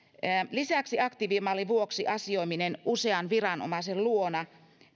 lisäksi aktiivimallin vuoksi asioiminen usean viranomaisen luona